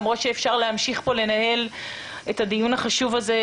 למרות שאפשר להמשיך כאן לנהל את הדיון החשוב הזה.